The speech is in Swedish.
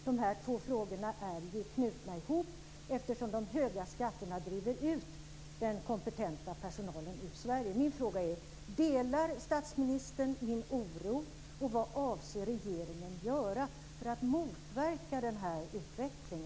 Dessa två frågor hänger ju samman, eftersom de höga skatterna driver ut den kompetenta personalen ur Sverige.